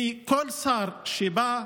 כי כל שר שבא,